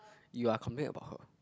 you are comment about her